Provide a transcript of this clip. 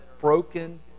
broken